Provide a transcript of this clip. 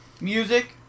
music